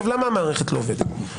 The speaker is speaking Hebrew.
למה המערכת לא עובדת?